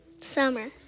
Summer